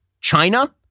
China